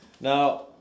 Now